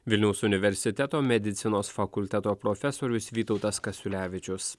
vilniaus universiteto medicinos fakulteto profesorius vytautas kasiulevičius